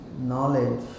knowledge